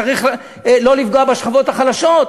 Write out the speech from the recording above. צריך לא לפגוע בשכבות החלשות,